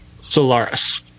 Solaris